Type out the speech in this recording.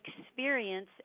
experience